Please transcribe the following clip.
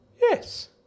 Yes